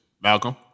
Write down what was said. Malcolm